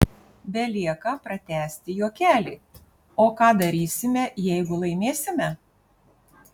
belieka pratęsti juokelį o ką darysime jeigu laimėsime